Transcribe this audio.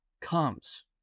comes